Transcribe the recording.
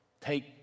Take